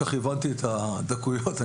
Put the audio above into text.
הבנתי את הדקויות.